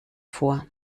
vor